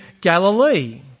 Galilee